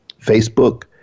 Facebook